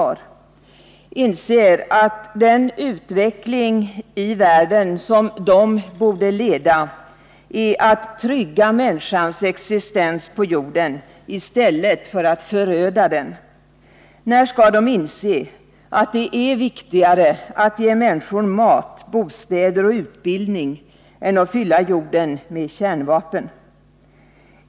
När skall de inse att den utveckling som skulle ledas av dem i världen borde gälla att trygga människans existens på jorden i stället för att föröda den? När skall de inse att det är viktigare att ge människor mat, bostäder och utbildning än att fylla jorden med kärnvapen?